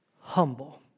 humble